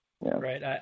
Right